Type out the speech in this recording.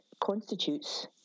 constitutes